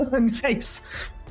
Nice